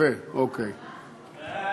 את הצעת חוק שירות המילואים (תיקון מס' 2),